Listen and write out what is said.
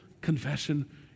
confession